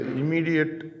immediate